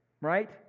right